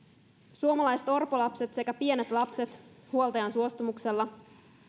suomalaiset orpolapset sekä pienet lapset huoltajan suostumuksella